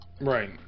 Right